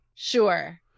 Sure